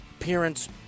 appearance